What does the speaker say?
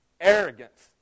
arrogance